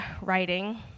writing